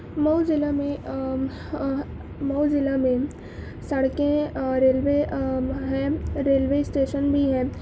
مئو ضلع میں مئو ضلع میں سڑکیں ریلوے ہیں ریلوے اسٹیشن بھی ہیں